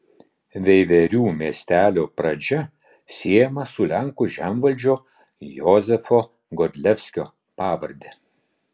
veiverių miestelio pradžia siejama su lenkų žemvaldžio jozefo godlevskio pavarde